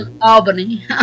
Albany